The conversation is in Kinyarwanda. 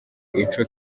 ico